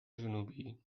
جنوبی